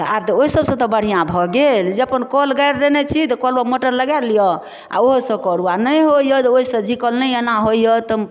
तऽ आब तऽ ओहि सबसँ तऽ बढ़िआँ भऽ गेल जे अपन कल गारि लेने छी तऽ कलमे मोटर लगाए लिअ आ ओहोसँ करू आ नहि होइया ओहिसँ झिकल नहि एना होइया तऽ